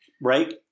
right